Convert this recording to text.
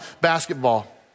basketball